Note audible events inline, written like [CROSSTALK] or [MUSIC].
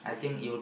[BREATH]